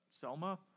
Selma